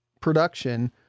production